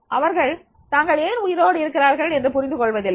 அவர்கள் தாங்கள் ஏன் உயிரோடு இருக்கிறார்கள் என்று புரிந்து கொள்வதில்லை